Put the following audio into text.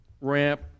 ramp